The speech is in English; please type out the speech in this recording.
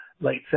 Late